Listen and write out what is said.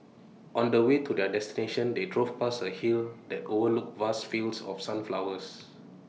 on the way to their destination they drove past A hill that overlooked vast fields of sunflowers